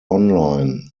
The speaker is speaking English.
online